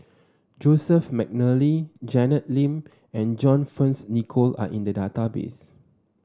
Joseph McNally Janet Lim and John Fearns Nicoll are in the database